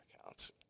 accounts